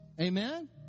Amen